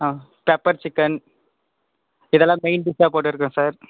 ஆ pepper chicken இதெல்லாம் main டிஷ்ஷாக போட்ருக்கேன் சார்